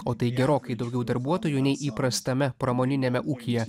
o tai gerokai daugiau darbuotojų nei įprastame pramoniniame ūkyje